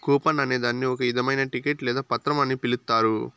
coupon అనే దాన్ని ఒక ఇధమైన టికెట్ లేదా పత్రం అని పిలుత్తారు